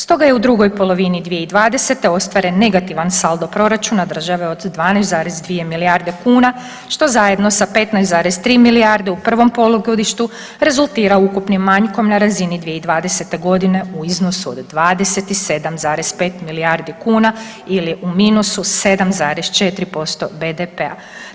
Stoga je u drugoj polovini 2020. ostvaren negativan saldo proračun države od 12,2 milijarde kune, što zajedno sa 15,3 milijarde u prvom polugodištu rezultira ukupnim manjkom na razini 2020. g. u iznosu od 27,5 milijardi kuna ili u minusu 7,4% BDP-a.